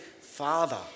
father